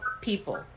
people